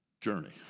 journey